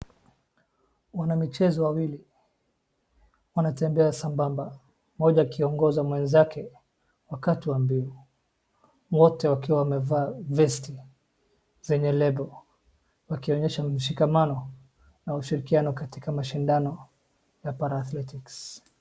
Wanamichezo wawili, wanatembea sambamba mmoja akiongoza mwenzake wakati wa mbiu. Wote wakiwa wamevaa vesti zenye label wakionyesha mshikamano na ushirikiano katika mashindano ya parathletics .